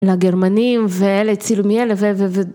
לגרמנים ואלה הצילו מאלה ו...